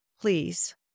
please